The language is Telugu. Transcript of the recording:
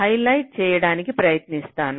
హైలైట్ చేయడానికి ప్రయత్నిస్తాను